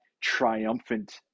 triumphant